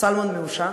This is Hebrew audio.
סלמון מעושן,